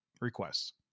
requests